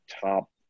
top